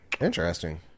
Interesting